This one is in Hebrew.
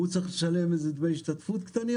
הוא צריך לשלם דמי השתתפות קטנים,